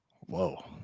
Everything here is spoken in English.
Whoa